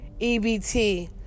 ebt